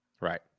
Right